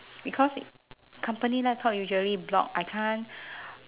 because company laptop usually block I can't